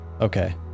Okay